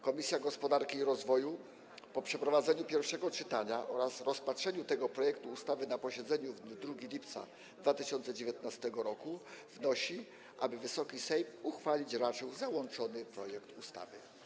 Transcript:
Komisja Gospodarki i Rozwoju po przeprowadzeniu pierwszego czytania oraz rozpatrzeniu tego projektu ustawy na posiedzeniu w dniu 2 lipca 2019 r. wnosi, aby Wysoki Sejm uchwalić raczył załączony projekt ustawy.